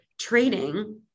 trading